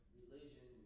religion